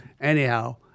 Anyhow